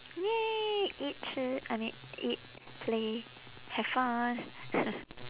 !yay! eat 吃 I mean eat play have fun